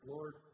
Lord